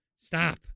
Stop